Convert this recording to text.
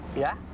yeah.